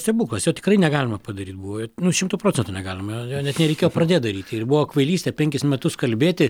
stebuklas jo tikrai negalima padaryt buvo nu šimtu procentų negalima jo jo net nereikėjo pradėt daryt ir buvo kvailystė penkis metus kalbėti